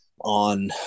on